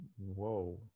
whoa